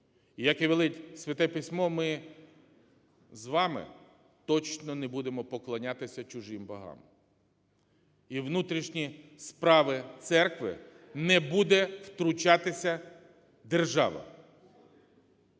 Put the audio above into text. Як і велить Святе Письмо, ми з вами точно не будемо поклонятися чужим богам, і у внутрішні справи церкви не буде втручатися держава.